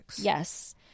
Yes